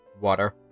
Water